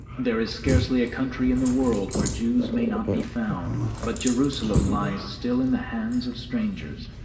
there is scarcely a country in the world where jews may not be found, but jerusalem lies still in the hands of strangers,